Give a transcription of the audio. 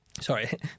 sorry